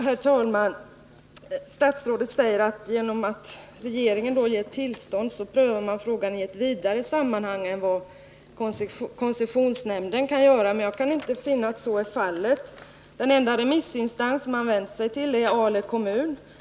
Herr talman! Statsrådet säger att regeringen prövat frågan i ett vidare sammanhang än vad koncessionsnämnden kan göra, men jag kan inte finna att så är fallet. Den enda remissinstans regeringen vänt sig till är Ale kommun.